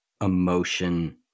emotion